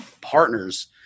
partners